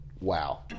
Wow